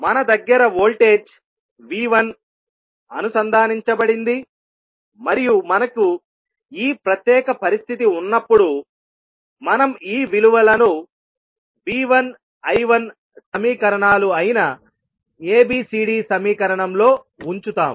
మన దగ్గర voltage V1 అనుసంధానించబడింది మరియు మనకు ఈ ప్రత్యేక పరిస్థితి ఉన్నప్పుడు మనం ఈ విలువలను V1 I1 సమీకరణాలు అయిన ABCD సమీకరణంలో ఉంచుతాము